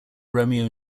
romeo